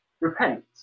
repent